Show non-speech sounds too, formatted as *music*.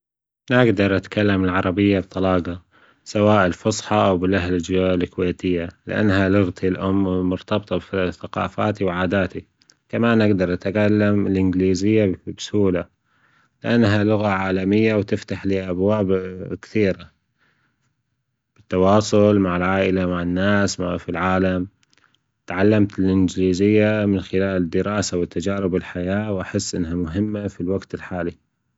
أجدر أتكلم العربية بطلاجة سواء الفصحي أو *hesitation* باللهجة الكويتية، لأنها لغتي الأم ومرتبطة بثقافاتي وعاداتي ، كمان أجدر أتكلم الإنجليزية بسهولة لأنها لغة عالمية وتفتح لي أبواب كثيرة، التواصل مع العائلة، مع الناس في العالم. تعلمت الإنجليزية من خلال الدراسة وتجارب الحياة وأحس أنها مهمة في الوقت الحالي.